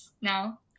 now